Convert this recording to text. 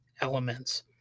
elements